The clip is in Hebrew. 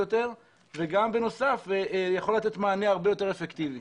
וגם בנוסף יכול לתת מענה הרבה יותר אפקטיבי.